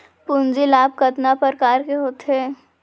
पूंजी लाभ कतना प्रकार के होथे?